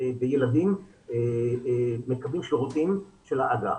וילדים מקבלים שירותים של האגף.